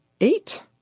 eight